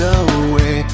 away